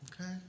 okay